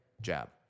jab